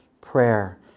Prayer